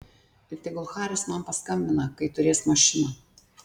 ir tegul haris man paskambina kai turės mašiną